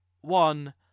one